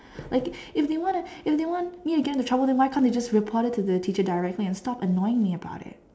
like it if they wanna if they want me to get into trouble then why can't they just report it to the teacher directly and stop annoying me about it